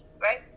right